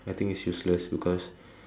I think it's useless because